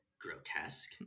grotesque